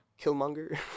Killmonger